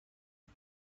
است